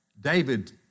David